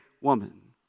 woman